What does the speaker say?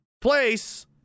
Place